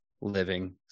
living